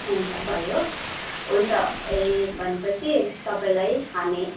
हुन्छ भयो हुन्छ ए भनेपछि तपाईँलाई हामी